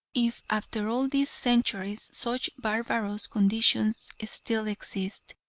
if after all these centuries, such barbarous conditions still exist.